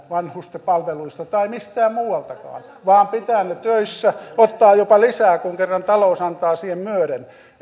vanhusten palveluista tai mistään muualtakaan vaan pitää heidät töissä ottaa jopa lisää kun kerran talous antaa siihen myöden